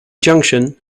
junction